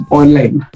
online